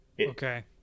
okay